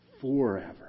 forever